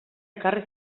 ekarri